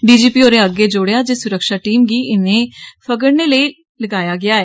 D G P होरें अग्गै जोड़ेया जे सुरक्षा टीम गी इनेंगी फगड़ने लेई लाया गेआ ऐ